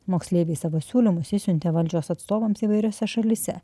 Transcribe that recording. moksleiviai savo siūlymus išsiuntė valdžios atstovams įvairiose šalyse